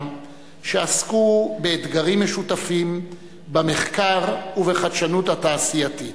שעסקו באתגרים משותפים במחקר ובחדשנות התעשייתית.